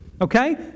Okay